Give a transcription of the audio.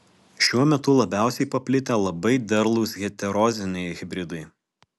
šiuo metu labiausiai paplitę labai derlūs heteroziniai hibridai